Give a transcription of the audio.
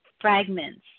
fragments